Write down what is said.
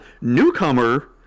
newcomer